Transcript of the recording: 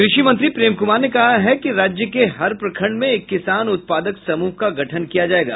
कृषि मंत्री प्रेम कूमार ने कहा है कि राज्य के हर प्रखंड में एक किसान उत्पादक समूह का गठन किया जायेगा